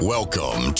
Welcome